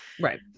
right